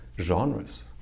genres